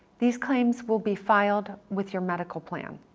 these claims will be filed with your medical plan.